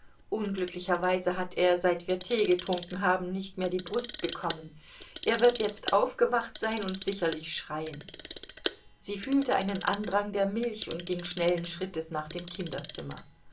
unglücklicherweise hat er seit wir tee getrunken haben nicht mehr die brust bekommen er wird jetzt aufgewacht sein und sicherlich schreien sie fühlte einen andrang der milch und ging schnellen schrittes nach dem kinderzimmer